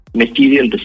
material